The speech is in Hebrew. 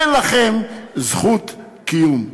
אין לכם זכות קיום.